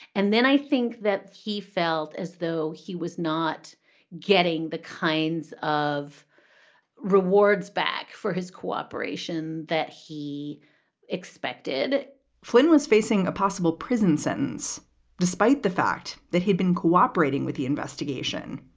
and then i think that he felt as though he was not getting the kinds of rewards back for his cooperation that he expected flynn was facing a possible prison sentence despite the fact that he'd been cooperating with the investigation.